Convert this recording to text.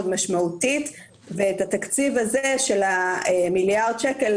משמעותית ואת התקציב הזה של מיליארד השקלים,